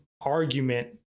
argument